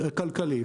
כלכלי,